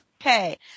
Okay